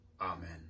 Amen